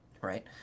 right